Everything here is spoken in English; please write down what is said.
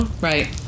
Right